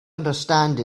understand